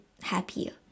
happier